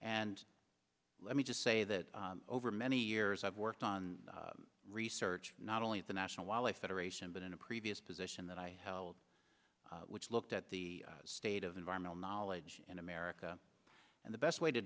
and let me just say that over many years i've worked on research not only at the national wildlife federation but in a previous position that i held which looked at the state of environmental knowledge in america and the best way to